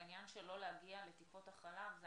העניין של לא להגיע לטיפות החלב זה